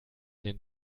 den